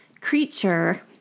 creature